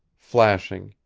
flashing,